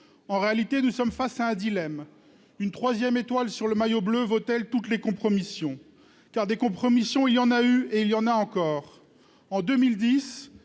En réalité, nous sommes face à un dilemme : une troisième étoile sur le maillot bleu vaut-elle toutes les compromissions ? Car, des compromissions, il y en a eu et il y en a encore. En 2010,